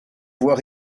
voix